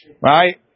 Right